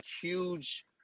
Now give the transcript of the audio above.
huge